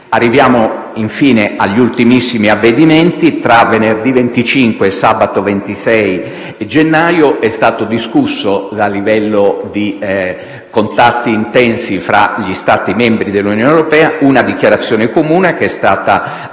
Arriviamo infine agli ultimissimi avvenimenti. Tra venerdì 25 e sabato 26 gennaio è stata discussa, a livello di contatti intensi tra gli Stati membri dell'Unione europea, una dichiarazione comune - alla